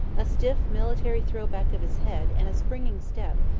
a stiff military throw-back of his head, and a springing step,